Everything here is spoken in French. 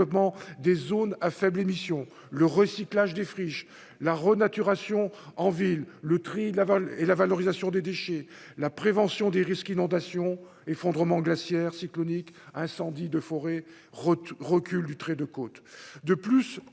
des zones à faibles émissions le recyclage des friches la renaturation en ville, le tri et la valorisation des déchets, la prévention des risques inondations, effondrements glaciaire cyclonique incendies de forêt, recul du trait de côte